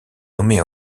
nommée